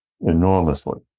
enormously